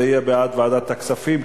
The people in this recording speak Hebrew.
זה יהיה בעד ועדת הכספים,